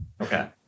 Okay